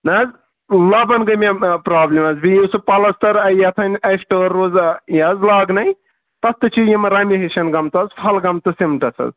نہ حظ لَبَن گٔیے مےٚ پرابلم حظ بیٚیہِ یُس سُہ پَلستر یتھ اَسہِ ٹٲل روزو یہِ حظ لاگنٕے تتھ تہِ چھِ یِم رَنہ ہشن گٔمژٕ حظ یم پھلہِ گٔمژٕ سیٖمٹس حظ